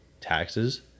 taxes